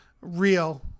real